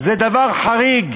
זה דבר חריג,